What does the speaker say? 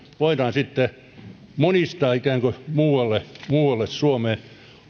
voidaan sitten ikään kuin monistaa muualle suomeen